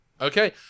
Okay